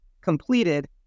completed